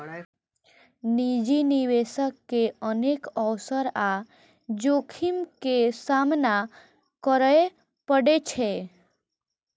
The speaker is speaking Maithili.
निजी निवेशक के अनेक अवसर आ जोखिम के सामना करय पड़ै छै